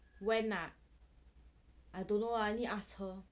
when ah I don't know I need to ask her